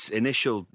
initial